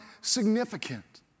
significant